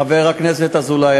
חבר הכנסת אזולאי,